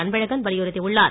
அன்பழகன் வலியுறுத்தியுள்ளார்